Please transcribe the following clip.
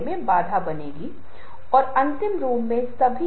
इसलिए 'organisation of presentation' अगला चुनौतीपूर्ण प्रश्न है जिसे हम उठाएंगे